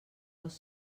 dels